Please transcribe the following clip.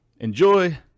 Enjoy